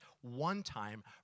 one-time